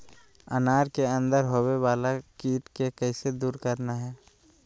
अनार के अंदर होवे वाला कीट के कैसे दूर करना है?